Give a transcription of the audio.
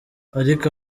ariko